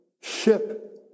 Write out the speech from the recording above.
ship